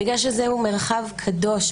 זהו מרחב קדוש,